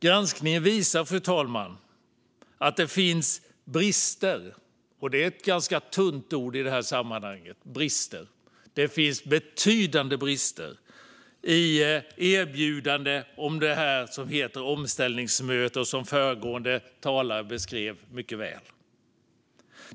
Granskningen visar att det finns betydande brister - vilket är ett ganska tunt ord i detta sammanhang - i erbjudandena om det som heter omställningsmöte och som föregående talare beskrev mycket väl.